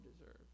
deserve